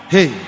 Hey